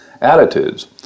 attitudes